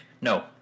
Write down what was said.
No